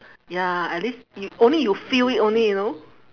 ya at least you only you feel it only you know